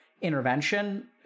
intervention